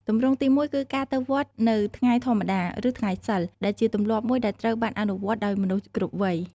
ទម្រង់ទីមួយគឺការទៅវត្តនៅថ្ងៃធម្មតាឬថ្ងៃសីល ដែលជាទម្លាប់មួយដែលត្រូវបានអនុវត្តដោយមនុស្សគ្រប់វ័យ។